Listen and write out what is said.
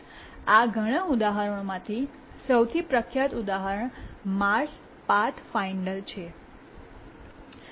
આ ઘણા ઉદાહરણોમાંથી સૌથી પ્રખ્યાત ઉદાહરણ માર્સ પાથફાઇન્ડર છે